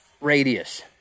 radius